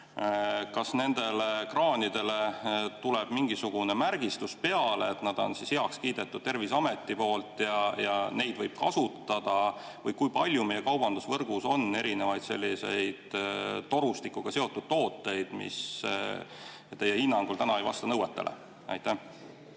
Kas nendele kraanidele tuleb mingisugune märgistus peale, et nad on heaks kiidetud Terviseameti poolt ja neid võib kasutada? Või kui palju meie kaubandusvõrgus on erinevaid torustikega seotud tooteid, mis teie hinnangul ei vasta nõuetele? Aitäh,